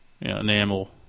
Enamel